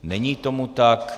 Není tomu tak.